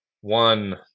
one